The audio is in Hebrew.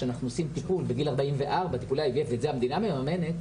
כשאנחנו עושים בגיל 44 ואת זה המדינה מממנת